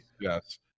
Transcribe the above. yes